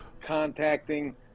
contacting